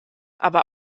aber